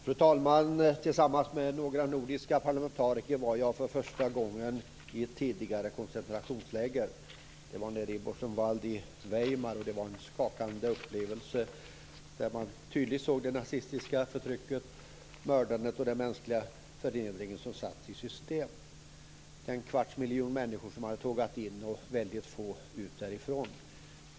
Fru talman! Tillsammans med några nordiska parlamentariker har jag för första gången varit i ett tidigare koncentrationsläger, Buchenwald i Weimar. Det var en skakande upplevelse där man tydligt såg det nazistiska förtrycket, mördandet och den mänskliga förnedringen satt i system. En kvarts miljon människor tågade in - väldigt få kom ut därifrån.